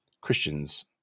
Christian's